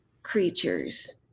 creatures